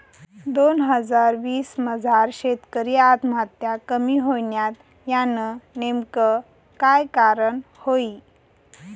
दोन हजार वीस मजार शेतकरी आत्महत्या कमी व्हयन्यात, यानं नेमकं काय कारण व्हयी?